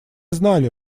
знали